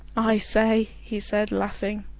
i say, he said laughing,